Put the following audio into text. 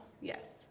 Yes